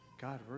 God